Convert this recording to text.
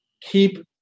keep